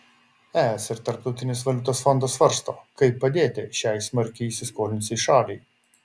es ir tarptautinis valiutos fondas svarsto kaip padėti šiai smarkiai įsiskolinusiai šaliai